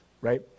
right